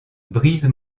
brise